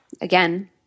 again